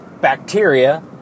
bacteria